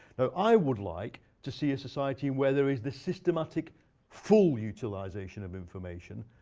ah i would like to see a society where there is the systematic full utilization of information.